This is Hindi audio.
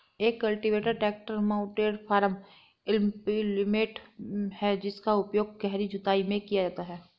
एक cultivator tractor mounted farm implement है जिसका उपयोग गहरी जुताई में किया जाता है